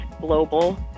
global